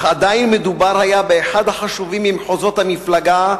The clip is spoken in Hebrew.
אך עדיין מדובר היה באחד החשובים ממחוזות המפלגה,